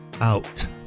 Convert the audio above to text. out